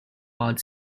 wild